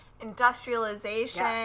industrialization